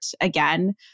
again